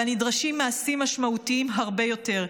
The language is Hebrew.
אבל נדרשים מעשים משמעותיים הרבה יותר.